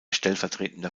stellvertretender